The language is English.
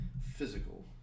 physical